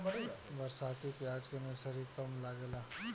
बरसाती प्याज के नर्सरी कब लागेला?